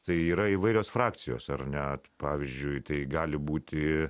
tai yra įvairios frakcijos ar ne pavyzdžiui tai gali būti